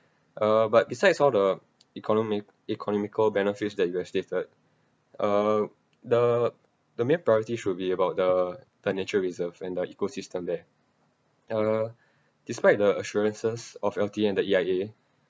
uh but besides all the economi~ economical benefits that you have stated uh the the main priority should be about the the nature reserve and the ecosystem there uh despite the assurances of L_T_A and E_I_A